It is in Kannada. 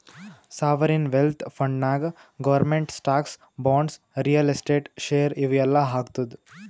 ಸಾವರಿನ್ ವೆಲ್ತ್ ಫಂಡ್ನಾಗ್ government stocks, bonds, real estate, share ಇವು ಎಲ್ಲಾ ಹಾಕ್ತುದ್